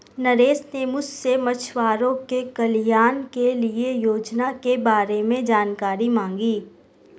नरेश ने मुझसे मछुआरों के कल्याण के लिए योजना के बारे में जानकारी मांगी